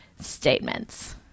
Statements